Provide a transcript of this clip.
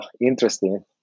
Interesting